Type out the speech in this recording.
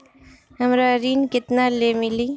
हमरा ऋण केतना ले मिली?